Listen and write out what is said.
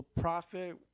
profit